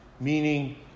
meaning